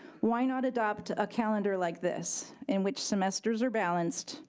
why not adopt a calendar like this, in which semesters are balanced,